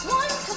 one